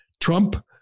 Trump